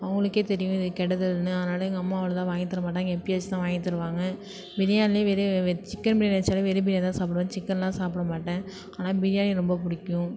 அவங்களுக்கே தெரியும் இது கெடுதல்னு அதனால் எங்கள் அம்மா அவ்வளோதா வாங்கி தரமாட்டாங்க எப்போயாச்சும் தான் வாங்கித் தருவாங்க பிரியாணியில் வெறும் சிக்கன் பிரியாணி வைச்சாலும் வெறும் பிரியாணி தான் சாப்பிடுவேன் சிக்கன்லாம் சாப்பிடமாட்டேன் ஆனால் பிரியாணி ரொம்ப பிடிக்கும்